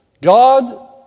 God